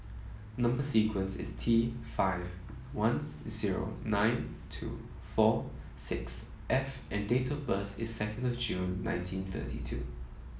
number sequence is T five one zero nine two four six F and date of birth is second of June nineteen thirty two